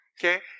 Okay